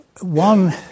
one